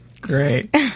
Great